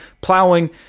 plowing